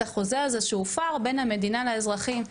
החוזה הזה שהופר בין המדינה לאזרחים.